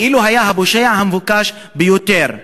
כאילו היה הפושע המבוקש ביותר.